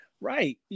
Right